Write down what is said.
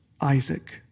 Isaac